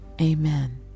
amen